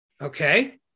okay